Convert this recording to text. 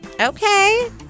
okay